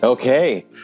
okay